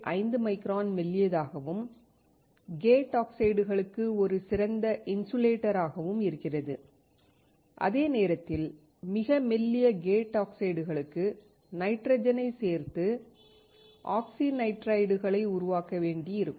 5 micron மெல்லியதாகவும் gate ஆக்சைடுகளுக்கு ஒரு சிறந்த இன்சுலேட்டராகவும் இருக்கிறது அதே நேரத்தில் மிக மெல்லிய கேட் ஆக்சைடுகளுக்கு நைட்ரஜனை சேர்த்து ஆக்சினைட்ரைடுகளை உருவாக்க வேண்டியிருக்கும்